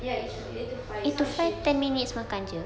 ya it's uh eight to five it's not a shift